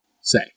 say